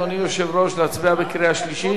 אדוני היושב-ראש, להצביע בקריאה שלישית?